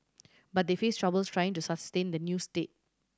but they face troubles trying to sustain the new state